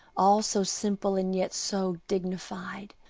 all so simple and yet so dignified.